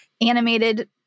animated